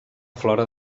flora